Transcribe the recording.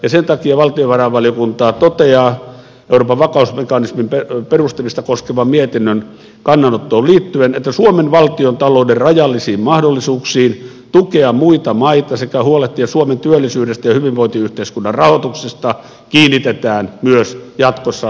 sen takia valtiovarainvaliokunta toteaa euroopan vakausmekanismin perustamista koskevan mietinnön kannanottoon liittyen että suomen valtiontalouden rajallisiin mahdollisuuksiin tukea muita maita sekä huolehtia suomen työllisyydestä ja hyvinvointiyhteiskunnan rahoituksesta kiinnitetään myös jatkossa vakavampaa huomiota